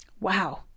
Wow